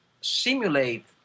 simulate